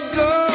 go